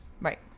Right